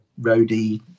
roadie